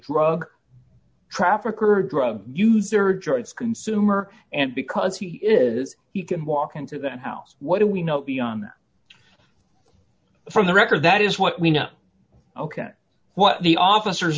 drug trafficker drug user joyce consumer and because he is he can walk into that house what do we know beyond that from the record that is what we know ok what the officers